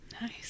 Nice